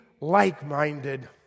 like-minded